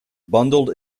bundled